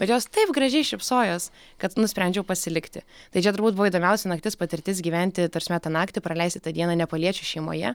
bet jos taip gražiai šypsojos kad nusprendžiau pasilikti tai čia turbūt buvo įdomiausia naktis patirtis gyventi ta prasme tą naktį praleisti tą dieną nepaliečių šeimoje